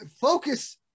focus